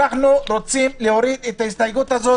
אנחנו רוצים להוריד את ההסתייגות הזאת